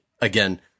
Again